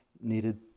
needed